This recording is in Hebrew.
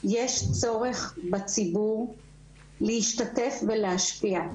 יש צורך בציבור להשתתף ולהשפיע,